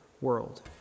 world